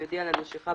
יודיע על הנשיכה,